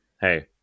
hey